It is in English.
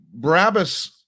Brabus